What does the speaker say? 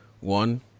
One